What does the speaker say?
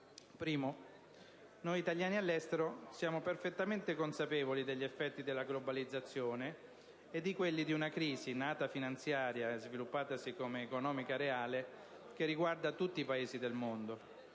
luogo, noi italiani all'estero siamo perfettamente consapevoli degli effetti della globalizzazione e di quelli di una crisi, nata finanziaria e sviluppatasi come economica reale, che riguarda tutti i Paesi del mondo.